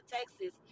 Texas